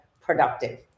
productive